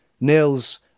Nils